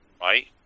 right